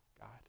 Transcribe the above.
God